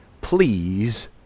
Please